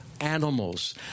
animals